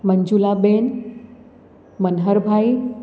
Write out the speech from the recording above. મંજુલાબેન મનહરભાઈ